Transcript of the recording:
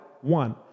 One